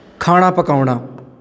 ਖਾਣਾ ਪਕਾਉਣਾ